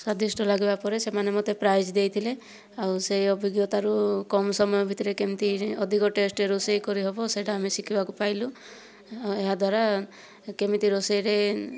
ସ୍ୱାଦିଷ୍ଟ ଲାଗିବାପରେ ସେମାନେ ମୋତେ ପ୍ରାଇଜ୍ ଦେଇଥିଲେ ଆଉ ସେହି ଅଭିଜ୍ଞତାରୁ କମ୍ ସମୟ ଭିତରେ କେମିତି ଅଧିକ ଟେଷ୍ଟ ରୋଷେଇ କରି ହେବ ସେଇଟା ଆମେ ଶିଖିବାକୁ ପାଇଲୁ ଆଉ ଏହାଦ୍ୱାରା କେମିତି ରୋଷେଇରେ